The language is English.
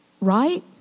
right